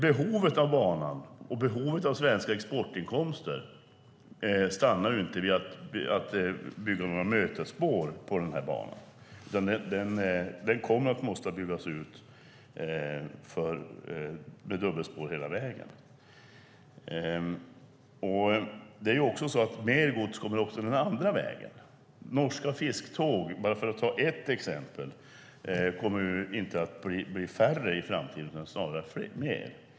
Behovet av banan och behovet av svenska exportinkomster stannar inte vid att bygga några mötesspår på banan. Den kommer att behöva byggas ut med dubbelspår hela vägen. Mer gods kommer att också gå den andra vägen.